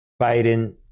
Biden